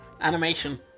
Animation